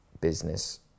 business